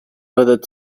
fyddet